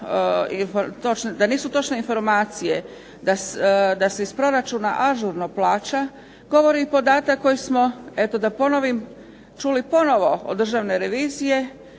Da nisu točne informacije da se iz proračuna ažurno plaća govori podatak koji smo eto da ponovim čuli ponovo od državne revizije